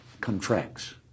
contracts